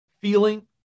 feeling